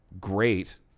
great